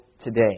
today